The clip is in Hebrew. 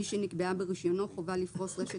מי שנקבעה ברישיונו חובה לפרוס רשת